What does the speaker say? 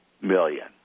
million